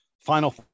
Final